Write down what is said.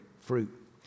fruit